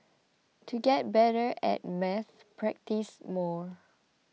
to get better at maths practise more